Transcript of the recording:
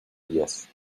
días